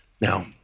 Now